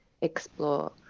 explore